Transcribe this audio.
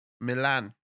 Milan